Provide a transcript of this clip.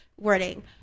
wording